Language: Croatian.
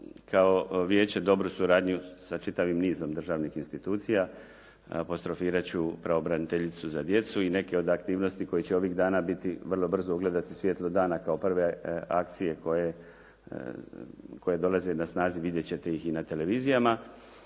kao vijeće dobru suradnju sa čitavim nizom državnih institucija, apostrofirat ću pravobraniteljicu za djecu i neke od aktivnosti koje će ovih dana vrlo brzo ugledati svjetlo dana kao prve akcije koje dolaze na snazi, vidjet ćete ih i na televizijama.